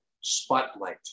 spotlight